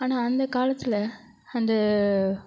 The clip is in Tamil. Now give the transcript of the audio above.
ஆனால் அந்த காலத்தில் அந்த